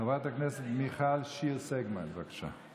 חברת הכנסת מיכל שיר סגמן, בבקשה.